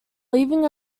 leaving